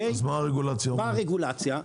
אז מה הרגולציה אומרת?